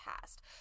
past